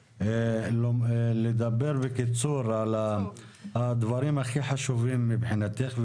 לדבר בקיצור על הדברים הכי חשובים מבחינתך,